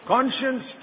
Conscience